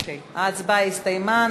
ההצבעה הסתיימה.